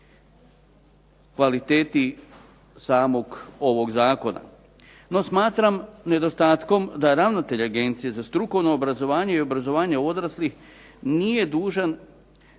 kvaliteti samog ovog zakona. No, smatram nedostatkom da ravnatelj Agencije za strukovno obrazovanje i obrazovanje odraslih nije dužan